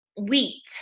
wheat